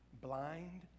blind